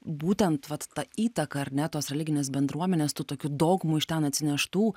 būtent vat ta įtaka ar ne tos religinės bendruomenės tų tokių dogmų iš ten atsineštų